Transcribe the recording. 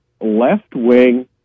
left-wing